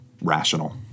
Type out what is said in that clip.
rational